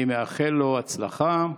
אני מאחל לו הצלחה,